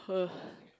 ugh